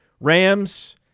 Rams